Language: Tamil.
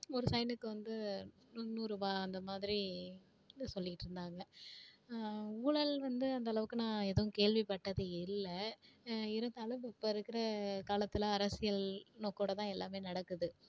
ஒரு சைனுக்கு வந்து நூ முந்நூறுரூபா அந்த மாதிரி இ சொல்லிக்கிட்டு இருந்தாங்கள் ஊழல் வந்து அந்தளவுக்கு நான் எதுவும் கேள்விப்பட்டது இல்லை இருந்தாலும் இப்போ இருக்கிற காலத்தில் அரசியல் நோக்கோட தான் எல்லாமே நடக்குது